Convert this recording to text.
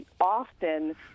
often